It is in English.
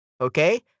okay